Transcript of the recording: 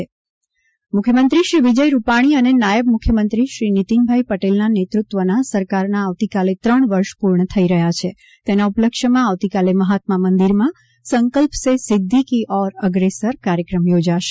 રાજ્યસરકારના ત્રણ વર્ષ મુખ્યમંત્રી શ્રી વિજયભાઇ રૂપાણી અને નાયબ મુખ્યમંત્રી શ્રી નીતિનભાઇ પટેલના નેતૃત્વના સરકારના આવતીકાલે ત્રણ વર્ષ પૂર્ણ થઇ રહ્યા છે તેના ઉપલક્ષ્યમાં આવતીકાલે મહાત્મા મંદિરમાં સંકલ્પ સે સિદ્ધિ કી ઓર અપ્રેસર કાર્યક્રમ યોજાશે